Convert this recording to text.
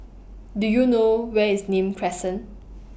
Do YOU know Where IS Nim Crescent